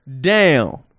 down